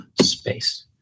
space